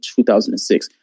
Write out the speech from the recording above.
2006